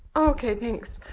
okay thanks.